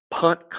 punt